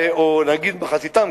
או נגיד מחציתם,